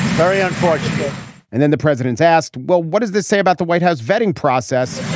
very unfortunate and then the president's asked, well, what does this say about the white house vetting process?